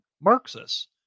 Marxists